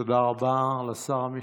תודה רבה לשר המשפטים.